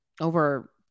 over